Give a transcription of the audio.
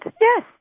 yes